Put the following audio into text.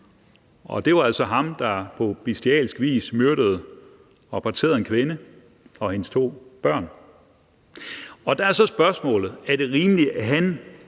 det var altså ham, der er på bestialsk vis myrdede og parterede en kvinde og hendes to børn. Kl. 19:42 Der er spørgsmålet så: Er det rimeligt, at han